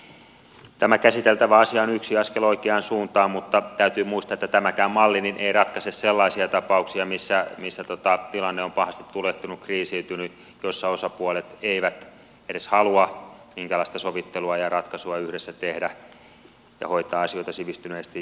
nyt tämä käsiteltävä asia on yksi askel oikeaan suuntaan mutta täytyy muistaa että tämäkään malli ei ratkaise sellaisia tapauksia missä tilanne on pahasti tulehtunut kriisiytynyt jossa osapuolet eivät edes halua minkäänlaista sovittelua ja ratkaisua yhdessä tehdä ja hoitaa asioita sivistyneesti